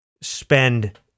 spend